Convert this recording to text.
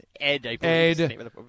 Ed